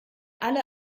alle